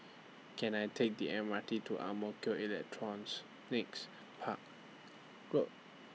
Can I Take The M R T to Ang Mo Kio Electronics Park Road